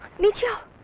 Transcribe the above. meet raja